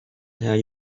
tell